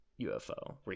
ufo